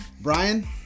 Brian